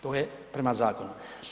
To je prema zakonu.